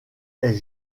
est